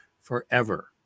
forever